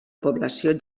població